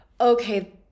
Okay